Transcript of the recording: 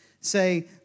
say